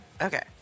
okay